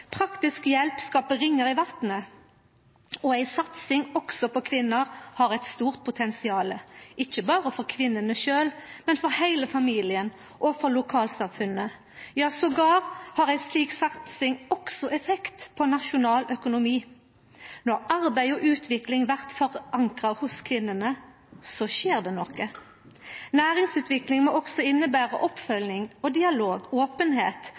Praktisk sett skaper hjelp ringar i vatnet, og ei satsing også på kvinner har eit stort potensial, ikkje berre for kvinnene sjølve, men for heile familien og for lokalsamfunnet, ja endåtil har ei slik satsing også effekt på nasjonal økonomi. Når arbeid og utvikling blir forankra hos kvinnene, skjer det noko. Næringsutvikling må også innebera oppfølging, dialog og openheit,